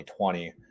2020